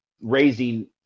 raising